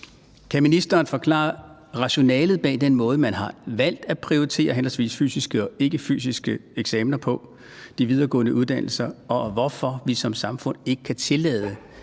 Kan ministeren forklare rationalet bag den måde, som man har valgt at prioritere henholdsvis fysiske og ikkefysiske eksamener på på de videregående uddannelser, og hvorfor vi som samfund ikke kan tillade,